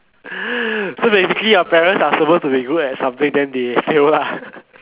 so basically your parents are supposed to be good at something then they fail lah